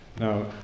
Now